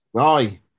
Aye